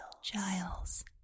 Giles